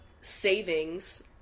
savings